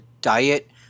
diet